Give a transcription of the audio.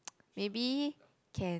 maybe can